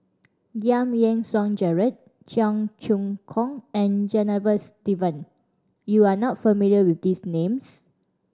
Giam Yean Song Gerald Cheong Choong Kong and Janadas Devan you are not familiar with these names